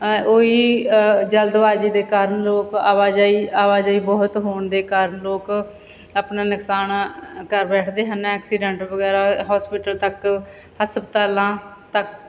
ਉਹ ਹੀ ਜਲਦਬਾਜੀ ਦੇ ਕਾਰਨ ਲੋਕ ਆਵਾਜਾਈ ਆਵਾਜਾਈ ਬਹੁਤ ਹੋਣ ਦੇ ਕਾਰਨ ਲੋਕ ਆਪਣਾ ਨੁਕਸਾਨ ਅ ਕਰ ਬੈਠਦੇ ਹਨ ਐਕਸੀਡੈਂਟ ਵਗੈਰਾ ਹੋਸਪਿਟਲ ਤੱਕ ਹਸਪਤਾਲਾਂ ਤ